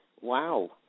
Wow